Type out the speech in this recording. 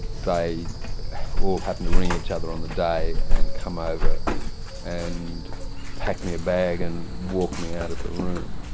they all happened to ring each other on the day and come over and pack me a bag and walk me out of the room.